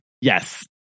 Yes